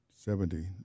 Seventy